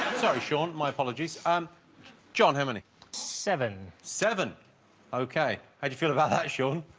sorry shawn my apologies and john how many seven seven okay, how'd you feel about that shawn?